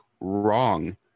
wrong